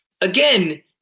Again